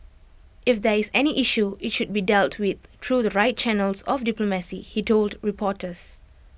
if there is any issue IT should be dealt with through the right channels of diplomacy he told reporters